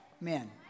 Men